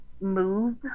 moved